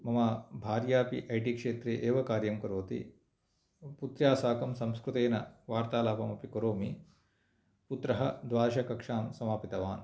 मम भार्यापि I T क्षेत्रे एव कार्यं करोति पुत्र्या साकं संस्कृतेन वार्तालापम् अपि करोमि पुत्रः द्वादशकक्षां समापितवान्